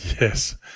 Yes